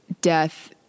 death